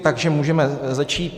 Takže můžeme začít.